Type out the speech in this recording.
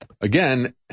Again